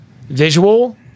visual